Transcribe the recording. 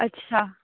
અચ્છા